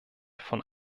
von